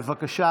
בבקשה,